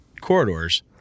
corridors